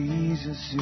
Jesus